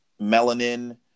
melanin